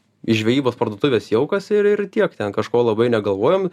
iš žvejybos parduotuvės jaukas ir ir tiek ten kažko labai negalvojom